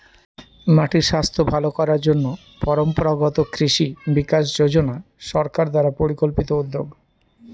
মাটির স্বাস্থ্য ভালো করার জন্য পরম্পরাগত কৃষি বিকাশ যোজনা সরকার দ্বারা পরিকল্পিত উদ্যোগ